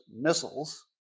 missiles